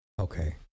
Okay